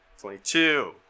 twenty-two